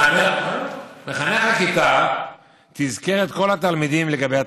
מחנך הכיתה תזכר את כל התלמידים לגבי התשלום.